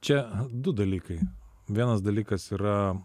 čia du dalykai vienas dalykas yra